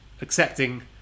accepting